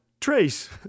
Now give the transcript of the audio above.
trace